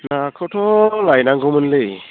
नाखौथ' लायनांगौमोनलै